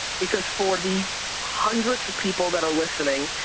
because for the hundreds of people that are listening,